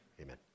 amen